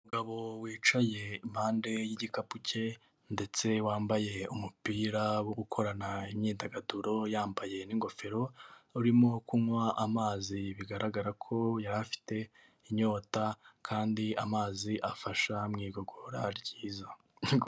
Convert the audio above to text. Umugabo wicaye impande y'igikapu cye ndetse wambaye umupira wo gukorana imyidagaduro, yambaye n'ingofero. Urimo kunywa amazi bigaragara ko yari afite inyota, kandi amazi afasha mu igogora ryiza.